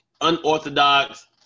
Unorthodox